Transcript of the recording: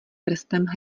prstem